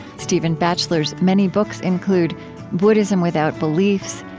stephen batchelor's many books include buddhism without beliefs,